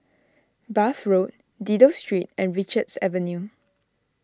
Bath Road Dido Street and Richards Avenue